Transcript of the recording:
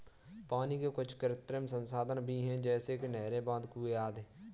पानी के कुछ कृत्रिम संसाधन भी हैं जैसे कि नहरें, बांध, कुएं आदि